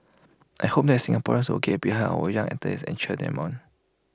I hope that Singaporeans will get behind our young athletes and cheer them on